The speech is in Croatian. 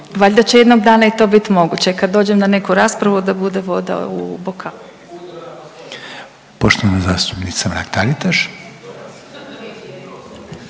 valjda će jednog dana i to bit moguće kad dođem na neku raspravu da bude voda u bokalu. **Reiner,